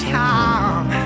time